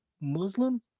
Muslim